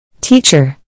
Teacher